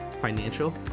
financial